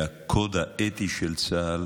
שהקוד האתי של צה"ל